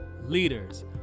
leaders